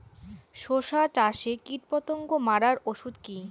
শসা চাষে কীটপতঙ্গ মারার ওষুধ কি?